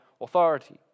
authority